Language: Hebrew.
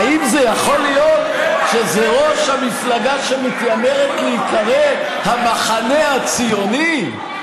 האם זה יכול להיות שזה ראש המפלגה שמתיימרת להיקרא המחנה הציוני?